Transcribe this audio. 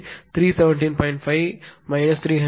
5 கழித்தல் 300